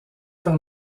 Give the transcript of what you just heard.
par